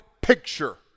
picture